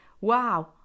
wow